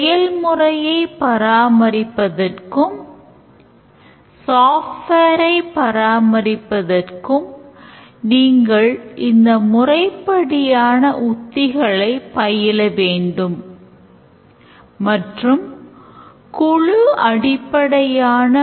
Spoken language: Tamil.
அவர் எத்தனை மாணவர்கள் உள்ளனர் எந்த மாணவர்கள் பதிவு செய்துள்ளனர் என்பதையும் 5 coursesக்கு குறைவான coursesக்கு மாணவர் பதிவு செய்யலாம் என்பதையும் அவர் கண்டுபிடிக்க முடியும்